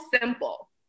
simple